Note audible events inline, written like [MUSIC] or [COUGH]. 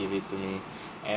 give it to me [BREATH] and